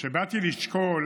כשבאתי לשקול